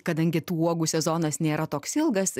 kadangi tų uogų sezonas nėra toks ilgas